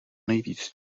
nejvíc